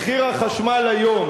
תפסיק לנגוע בזה, מחיר החשמל היום,